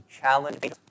challenge